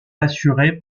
assurée